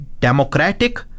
democratic